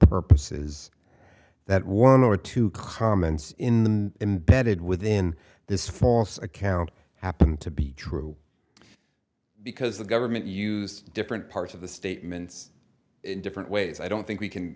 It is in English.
purposes that one or two comments in the embedded within this false account happened to be true because the government used different parts of the statements in different ways i don't think we can